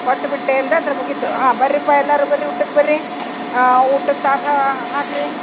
ಕೊಟ್ಬಿಟ್ಟೆ ಅಂದಂದ್ರ ಮುಗೀತು ಹಾಂ ಬರ್ರೀಪ್ಪ ಎಲ್ಲಾರು ಬರ್ರೀ ಊಟಕ್ಕೆ ಬರ್ರೀ ಊಟದ ತಾಟಾ ಹಾಕ್ರಿ